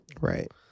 right